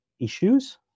issues